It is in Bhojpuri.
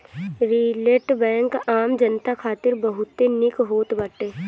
रिटेल बैंक आम जनता खातिर बहुते निक होत बाटे